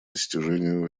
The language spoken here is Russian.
достижению